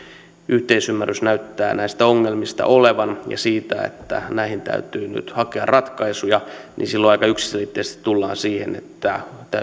yhteisymmärrys näyttää näistä ongelmista olevan ja siitä että näihin täytyy nyt hakea ratkaisuja niin silloin aika yksiselitteisesti tullaan siihen että täytyy